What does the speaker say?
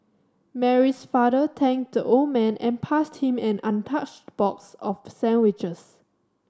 Mary's father thanked the old man and passed him an untouched box of sandwiches